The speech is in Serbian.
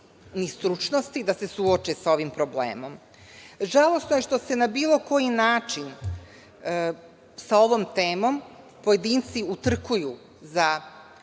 ni stručnosti da se suoče sa ovim problemom. Žalosno je što se na bilo koji način sa ovom temom pojedinci utrkuju za